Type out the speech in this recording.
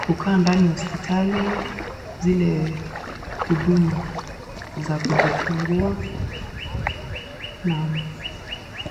kukaa ndani ya hospitali, zile huduma za kujifungua na.